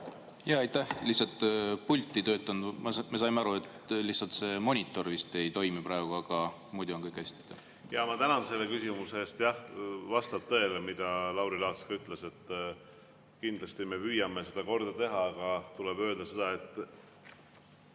Aitäh! Lihtsalt pult ei töötanud. Me saime aru, et lihtsalt see monitor vist ei toimi praegu, aga muidu on kõik hästi. Ma tänan selle küsimuse eest. Jah, vastab tõele, mida Lauri Laats ütles, kindlasti me püüame selle korda teha, aga tuleb öelda, et